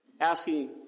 Asking